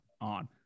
on